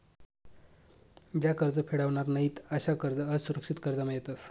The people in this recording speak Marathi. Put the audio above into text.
ज्या कर्ज फेडावनार नयीत अशा कर्ज असुरक्षित कर्जमा येतस